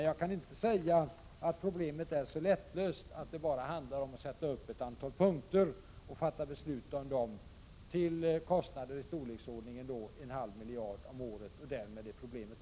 Jag kan inte se att problemet är så lättlöst att det bara handlar om att sätta upp ett antal punkter och fatta beslut om dem till en kostnad i storleksordningen en halv miljard om året.